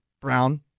Brown